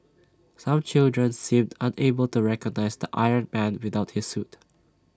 some children seemed unable to recognise the iron man without his suit